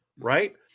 Right